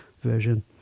version